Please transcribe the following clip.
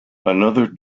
another